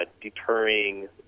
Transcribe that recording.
deterring